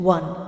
One